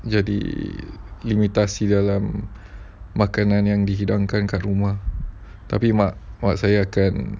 jadi imitasi dalam makanan yang dihidangkan kat rumah tapi mak mak saya akan